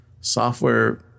software